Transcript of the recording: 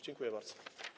Dziękuję bardzo.